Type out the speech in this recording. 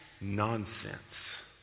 nonsense